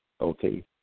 Okay